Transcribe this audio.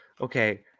Okay